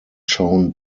shown